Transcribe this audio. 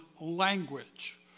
language